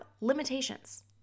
limitations